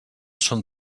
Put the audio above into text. són